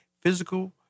physical